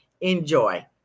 Enjoy